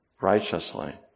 Righteously